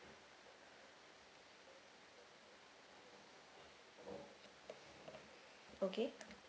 okay